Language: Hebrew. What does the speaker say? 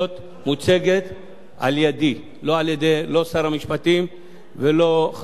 לא שר המשפטים ולא ידידי ומכובדי השר בני